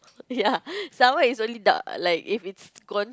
ya sour it's only the like if it's gone